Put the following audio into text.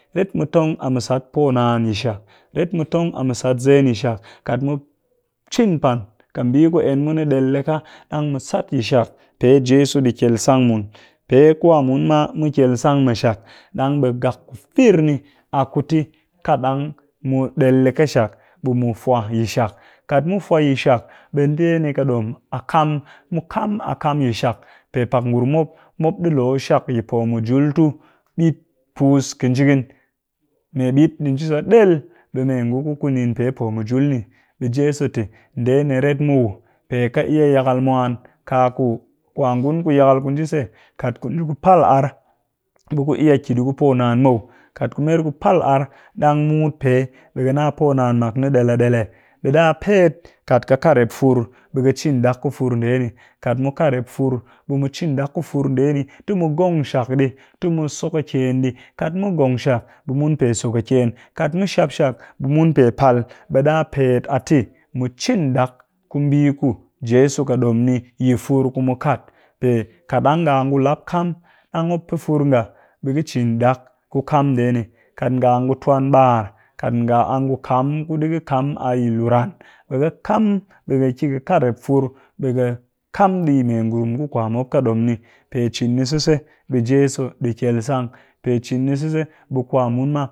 Ret mu tong a mu sat poo naan yi shak, ret mɨ tong a mɨ sat zen yi shak, kat mu cin pan ƙɨ mbii ku en mu ni ɗel ɗika ɗang mu sat yi shak pe jeso ɗi kyel sang mun, pe kwa mun ma mu kyel sang mɨ shak. ɗang be gak ku fir ni a ku ti kat ɗang mu ɗel ɗi ƙɨ shak be mu fwa yi shak kat mu fwa yi shak ɓe ndee ni ƙɨ dom a kam, mu kam a kam yi shak pe pak ngurum mop, mop ɗi lo shak yi po mujul tu ɓit puus kinjigin, mee ɓit ɗi nji sa ɗel ɓe mee ngu ku kunin pe po mujul ni, be jeso te ndee ni ret muw pe ka iya yakal mwan kaku kwa ngun ku yakal ku nji se kat kun ji ku pal ar ɓe ƙɨ iya ki ɗii ku poo naan muw. Kat ku mer ku pal ar ɗang mut pe ɓe ka nna poo naan mak ni del a del eh. Ɓe ɗa pet kat ƙɨ kat rep fur, ɓe ka cin dak ku fur ndee ni, kat mu kat rep fur ɓe mu cin ɗak ku fur ndee ni ti mu ngong shak ɗii ti mu so kakyen ɗii. kat mu ngong shak ɓe mu so kakyen kat mu shap shak ɓe mun pe pal, ɓe ɗa pet a te mu cin ɗak ku mbii ku jeso ka dom ni yi fur ku mu kaat, kat ɗang nga a ngu lap kam, ɗang mop pɨ fur nga ɓe ka cin ɗak ku kam ndee ni kat nga a ngu tuwan mbar kat nga a ngu kam ku ɗi ka kam a yi lu ran ɓe ka kam ɓe ka ki kat rep fur, ɓe ka kam ɗii yi mee ngurum ku kwa mop ƙɨ dom ni pe cin ni sise mbii jeso ɗi kyel sang, pe cin ni sise ɓe kwa mun ma